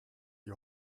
die